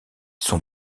son